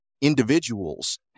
individuals